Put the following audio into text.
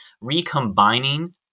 recombining